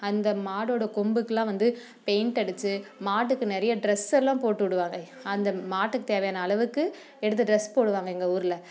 அந்த மாடோடய கொம்புக்கெலாம் வந்து பெயிண்ட் அடித்து மாட்டுக்கு நிறைய ட்ரெஸ்ஸெல்லாம் போட்டு விடுவாங்க அந்த மாட்டுக்கு தேவையான அளவுக்கு எடுத்து ட்ரெஸ் போடுவாங்க எங்கள் ஊரில்